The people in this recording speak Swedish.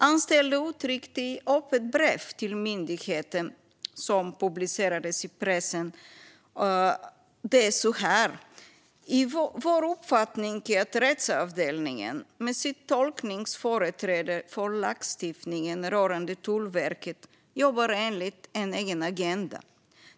Anställda uttryckte i ett öppet brev till myndigheten - som publicerades i pressen - det så här: Vår uppfattning är att rättsavdelningen, med sitt tolkningsföreträde för lagstiftningen rörande Tullverket, jobbar enligt en egen agenda.